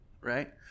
right